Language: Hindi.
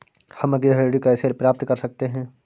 हम गृह ऋण कैसे प्राप्त कर सकते हैं?